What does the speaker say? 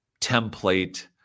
template